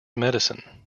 medicine